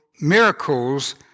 miracles